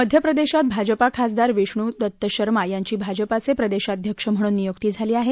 मध्य प्रदेशात भाजपा खासदार विष्णू दत्त शर्मा यांची भाजपाचे प्रदेशाध्यक्ष म्हणून नियुक्ती झाली आहे